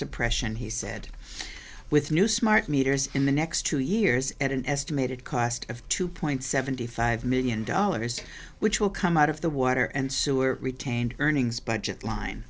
suppression he said with new smart meters in the next two years at an estimated cost of two point seventy five million dollars which will come out of the water and sewer retained earnings budget line